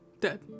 dead